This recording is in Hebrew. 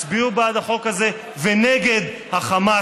הצביעו בעד החוק הזה ונגד החמאס.